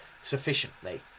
sufficiently